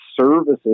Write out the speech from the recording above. services